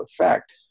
effect